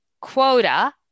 quota